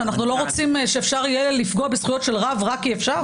אפשר יהיה לפגוע בזכויות של רב רק כי אפשר?